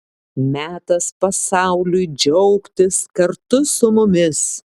metas pasauliui džiaugtis kartu su mumis